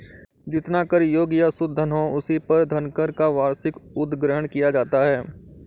जितना कर योग्य या शुद्ध धन हो, उसी पर धनकर का वार्षिक उद्ग्रहण किया जाता है